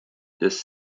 this